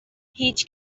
هیچ